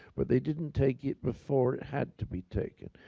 but they didn't take it before it had to be taken.